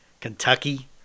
Kentucky